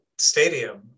stadium